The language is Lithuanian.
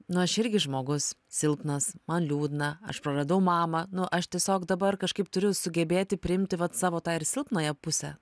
na aš irgi žmogus silpnas man liūdna aš praradau mamą nu aš tiesiog dabar kažkaip turiu sugebėti priimti vat savo tą ir silpnąją pusę